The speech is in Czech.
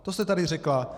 To jste tady řekla.